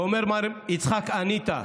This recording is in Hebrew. ואומר מר יצחק אניטה,